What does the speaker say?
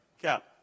cap